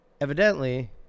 Evidently